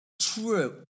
True